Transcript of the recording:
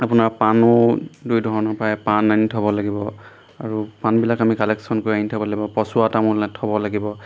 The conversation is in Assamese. আপোনাৰ পাণো দুই ধৰণৰ পায় পাণ আনি থ'ব লাগিব আৰু পাণবিলাক আমি কালেকশ্যন কৰি আনি থ'ব লাগিব পচোৱা তামোল থ'ব লাগিব